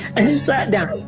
and he sat down